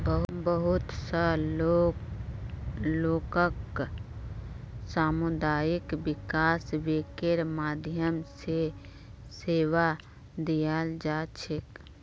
बहुत स लोगक सामुदायिक विकास बैंकेर माध्यम स सेवा दीयाल जा छेक